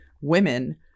women